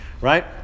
right